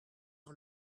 par